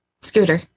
Scooter